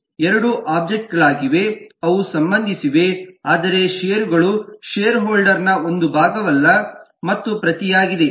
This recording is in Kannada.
ಎರಡೂ ಒಬ್ಜೆಕ್ಟ್ಗಳಾಗಿವೆ ಅವು ಸಂಬಂಧಿಸಿವೆ ಆದರೆ ಷೇರುಗಳು ಷೇರ್ ಹೋಲ್ಡರ್ನ ಒಂದು ಭಾಗವಲ್ಲ ಮತ್ತು ಪ್ರತಿಯಾಗಿದೆ